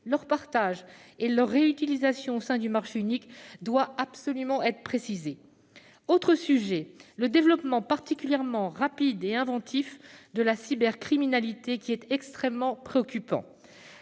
leur partage et leur réutilisation au sein du marché unique doit absolument être précisée. Le développement particulièrement rapide et inventif de la cybercriminalité est également extrêmement préoccupant.